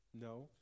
No